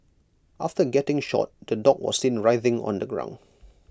after getting shot the dog was seen writhing on the ground